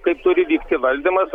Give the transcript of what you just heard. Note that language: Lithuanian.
kaip turi vykti valdymas